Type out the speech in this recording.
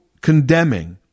condemning